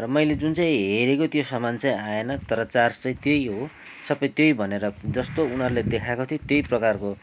र मैले जुन चाहिँ हेरेको त्यो सामान चाहिँ आएन तर चार्ज चाहिँ त्यही हो सबै त्यही भनेर जस्तो उनीहरूले देखाएको त्यही प्रकारको